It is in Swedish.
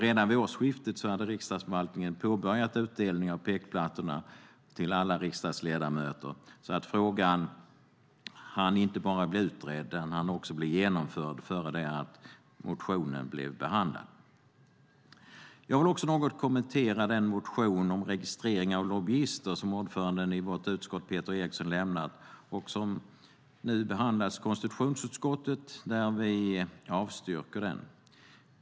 Redan vid årsskiftet hade riksdagsförvaltningen påbörjat utdelningen av pekplattor till alla riksdagsledamöter, så frågan hann bli inte bara utredd utan också genomförd innan motionen behandlades. Jag vill också något kommentera den motion om registrering av lobbyister som ordföranden i vårt utskott, Peter Eriksson, har väckt och som nu har behandlats i konstitutionsutskottet, där vi avstyrker den.